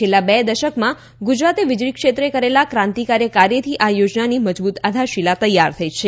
છેલ્લા બે દશકમાં ગુજરાતે વિજળી ક્ષેત્રે કરેલા ક્રાંતિકારી કાર્યથી આ યોજનાની મજબૂત આધારશીલા તૈયાર થઇ છે